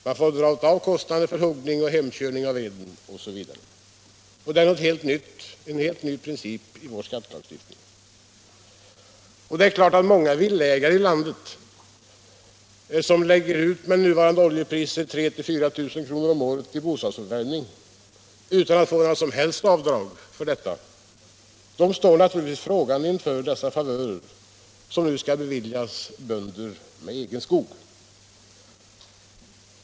Man får dra av kostnader för huggning och hemkörning av veden osv. Det är en helt ny princip i vår skattelagstiftning. Många villaägare i landet, som med nuvarande oljepriser lägger ut 3 000-4 000 kr. om året för bostadsuppvärmning, utan några som helst avdrag, står naturligtvis frågande inför dessa favörer som nu beviljas bönder med egen skog.